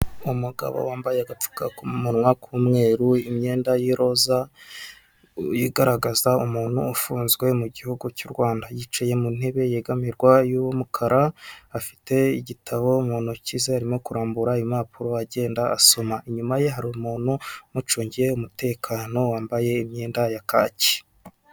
Umugabo wambaye agapfukamunwa k'umweru imyenda y'iroza yigaragaza umuntu ufunzwe mu gihugu cy'u Rwanda, yicaye mu ntebe yegamirwa y'umukara afite igitabo mu ntoki ze arimo kurambura impapuro agenda asoma. Inyuma ye hari umuntu umucungiye umutekano wambaye imyenda ya kacyi.